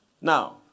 Now